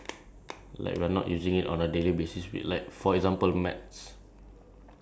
like when we are not using like how to say ah when we are not using it we think that it's uh useless